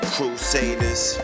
Crusaders